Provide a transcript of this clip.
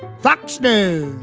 fox news